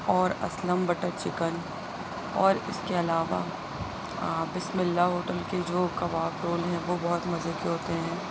اور Aslam butter chicken اور اس کے علاوہ بسم اللہ ہوٹل کے جو کباب رول ہیں وہ بہت مزے کے ہوتے ہیں